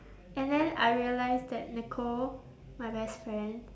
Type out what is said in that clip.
and then I realised that nicole my best friend